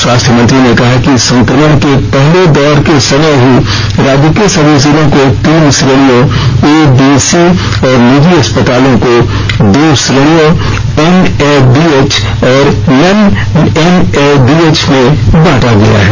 स्वास्थ्य मंत्री ने कहा कि संकमण के पहले दौर के समय ही राज्य के सभी जिलों को तीन श्रेणियों ए बी सी और निजी अस्पतालों को दो श्रेणियों एनएबीएच और नन एनएबीएच में बांटा गया है